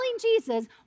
Jesus